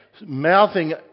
mouthing